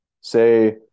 Say